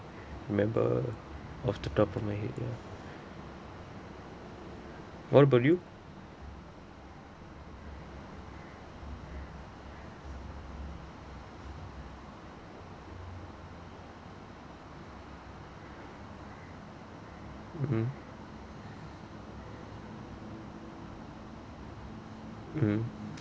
remember of the top of my head ya what about you mmhmm mmhmm